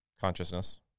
consciousness